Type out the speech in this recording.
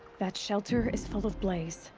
that shelter is full of blaze.